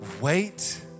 wait